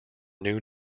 new